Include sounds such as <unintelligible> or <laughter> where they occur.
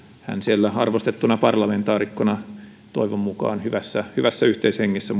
hän siellä arvostettuna parlamentaarikkona toivon mukaan hyvässä hyvässä yhteishengessä <unintelligible>